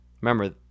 Remember